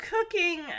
cooking